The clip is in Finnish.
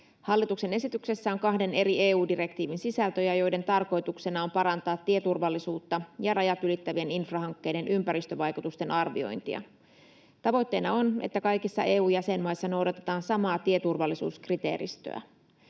Hallituksen esityksessä on kahden eri EU-direktiivin sisältöjä, joiden tarkoituksena on parantaa tieturvallisuutta ja rajat ylittävien infrahankkeiden ympäristövaikutusten arviointia. Tavoitteena on, että kaikissa EU-jäsenmaissa noudatetaan samaa tieturvallisuuskriteeristöä.